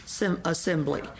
assembly